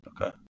Okay